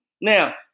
Now